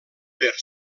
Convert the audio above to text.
per